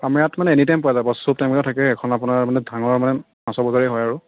আমাৰ ইয়াত মানে এনিটাইম পোৱা যাব সব টাইমত থাকে এখন আপোনাৰ মানে ডাঙৰ মানে মাছৰ বজাৰেই হয়